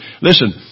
Listen